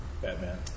Batman